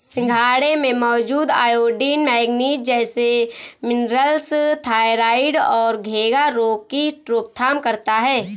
सिंघाड़े में मौजूद आयोडीन, मैग्नीज जैसे मिनरल्स थायरॉइड और घेंघा रोग की रोकथाम करता है